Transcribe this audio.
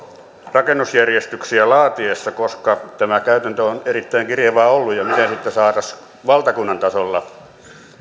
rakennusjärjestyksiä laadittaessa koska tämä käytäntö on erittäin kirjavaa ollut ja miten siitä saataisiin valtakunnan tasolla